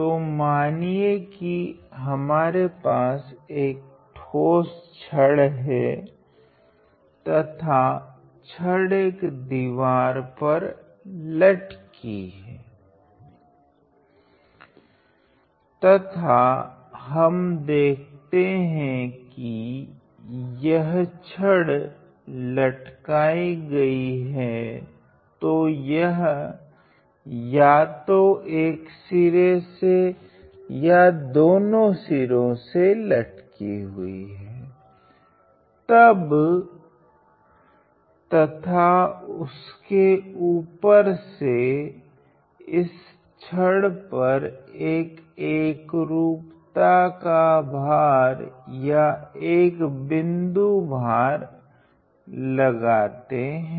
तो मानिए कि हमारे पास एक ठोस छड़ है तथा छड़ एक दीवार पर लटकी है तथा हम देखते है कि यदि छड़ लटकाई गए है तो यह या तो एक सिरे से या दोनों सिरो से लटकी है तब तथा उसके ऊपर से इस छड़ पर एक एकरूपता का भर या एक बिन्दु भर लगते हैं